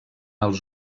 els